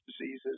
diseases